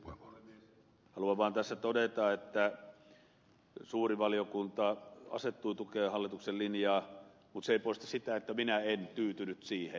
haluan vaan tässä todeta että suuri valiokunta asettui tukemaan hallituksen linjaa mutta se ei poista sitä että minä en tyytynyt siihen